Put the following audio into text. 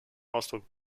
ausdruck